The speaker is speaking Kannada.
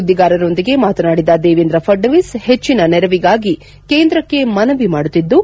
ಸುದ್ದಿಗಾರೊಂದಿಗೆ ಮಾತನಾಡಿದ ದೇವೇಂದ್ರ ಫಡ್ನವೀಸ್ ಹೆಚ್ಚನ ನೆರವಿಗಾಗಿ ಕೇಂದ್ರಕ್ಕೆ ಮನವಿ ಮಾಡುತ್ತಿದ್ದು